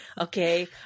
okay